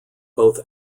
both